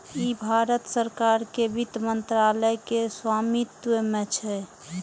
ई भारत सरकार के वित्त मंत्रालय के स्वामित्व मे छै